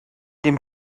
dem